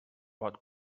pot